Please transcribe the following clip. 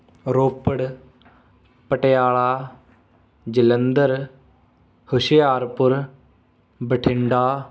Ropar Patiala Jalandhar Hoshiarpur Bathinda